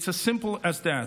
It is as simple as that.